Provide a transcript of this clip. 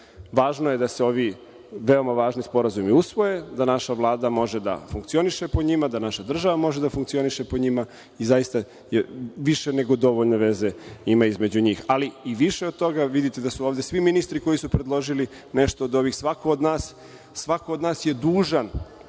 Važno je da se ovi veoma važni sporazumi usvoje, da naša Vlada može da funkcioniše po njima, da naša država može da funkcioniše po njima i zaista više nego dovoljne veze ima između njih. Više od toga, vidite da su ovde svi ministri koji su predložili nešto od ovog, svako od nas je dužan